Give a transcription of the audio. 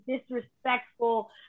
disrespectful